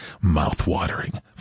Mouth-watering